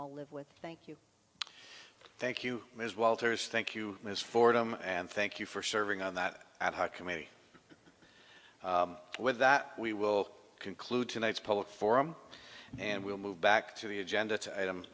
all live with thank you thank you ms walters thank you ms fordham and thank you for serving on that committee with that we will conclude tonight's public forum and we'll move back to the agenda item